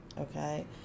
Okay